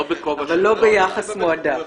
כן, אבל אז הם לא בכובע של תועמלן.